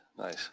Nice